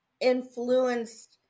influenced